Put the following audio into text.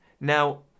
Now